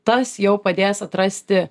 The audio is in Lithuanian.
tas jau padės atrasti